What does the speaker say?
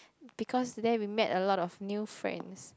because there we met a lot of new friends